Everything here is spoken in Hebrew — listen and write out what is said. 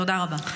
תודה רבה.